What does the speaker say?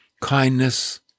kindness